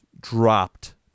dropped